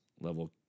level